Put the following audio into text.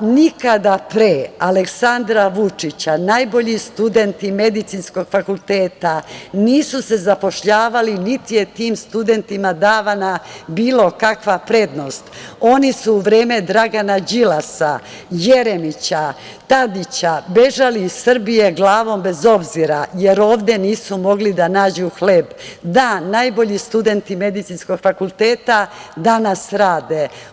nikada pre Aleksandra Vučića najbolji studenti medicinskog fakulteta nisu se zapošljavali niti je tim studentima davana bilo kakva prednost, oni su u vreme Dragana Đilasa, Jeremića, Tadića, bežali iz Srbije glavom bez obzira, jer ovde nisu mogli da nađu hleb, a danas najbolji studenti medicinskog fakulteta danas rade.